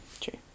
true